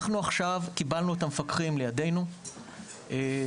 אנחנו עכשיו קיבלנו את המפקחים לידינו במחוזות,